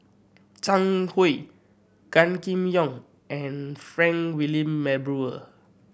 Zhang Hui Gan Kim Yong and Frank Wilmin Brewer